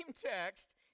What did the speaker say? text